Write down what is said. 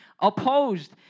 opposed